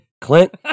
Clint